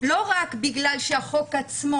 לא רק בגלל שהחוק עצמו,